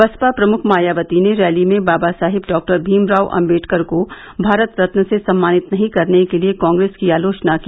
बसपा प्रमुख मायावती ने रैली में बाबा साहेब डॉ भीम राव आम्बेडकर को भारत रत्न से सम्मानित नहीं करने के लिए कांग्रेस की आलोचना की